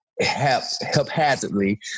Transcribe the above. haphazardly